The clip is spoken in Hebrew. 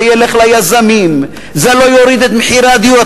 זה ילך ליזמים וזה לא יוריד את מחירי הדיור.